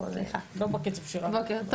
אז הכול לא בקצב שלך.